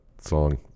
song